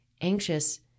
anxious